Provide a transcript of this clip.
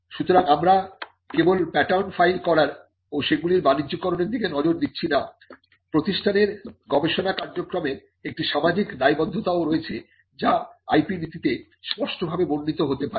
সুতরাং আমরা কেবল প্যাটার্ন ফাইল করার ও সেগুলির বাণিজ্যকরনের দিকে নজর দিচ্ছি না প্রতিষ্ঠানের গবেষণা কার্যক্রমের একটি সামাজিক দায়বদ্ধতাও রয়েছে যা IP নীতিতে স্পষ্টভাবে বর্ণিত হতে পারে